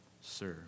serve